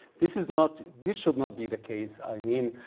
this is not, this should not be the case. i mean,